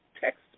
text